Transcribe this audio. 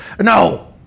No